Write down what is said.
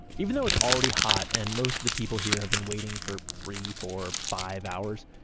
even though it's already hot, and most of the people here have been waiting for three, four, five hours,